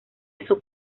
eso